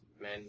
men